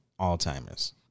Alzheimer's